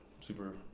super